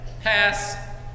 Pass